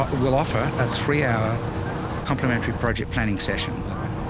but but we'll offer a three hour complimentary project planning session. okay.